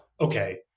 okay